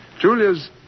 Julia's